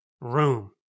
room